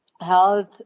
health